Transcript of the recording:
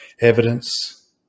evidence